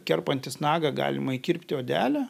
kerpantis nagą galima įkirpti odelę